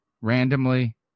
randomly